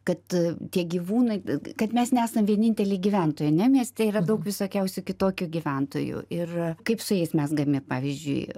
kad tie gyvūnai kad mes nesam vieninteliai gyventojai ne mieste yra daug visokiausių kitokių gyventojų ir kaip su jais mezgami pavyzdžiui